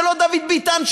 זה לא דוד ביטן,